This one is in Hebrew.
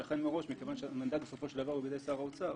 ולכן מראש מכיוון שהמנדט בסופו של דבר הוא בידי שר האוצר,